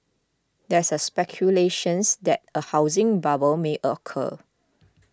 there is speculation that a housing bubble may occur